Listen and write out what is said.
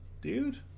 dude